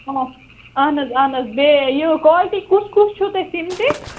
اَہَن حظ اَہَن حظ بیٚیہِ ہہ یہِ کالٹی کُس کُس چھُو تۄہہِ سیٖمٹٕچ